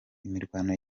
imirwano